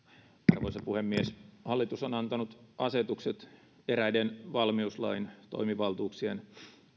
arvoisa puhemies hallitus on antanut asetukset eräiden valmiuslain toimivaltuuksien